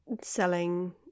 selling